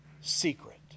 secret